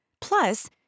Plus